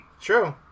True